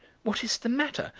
what is the matter?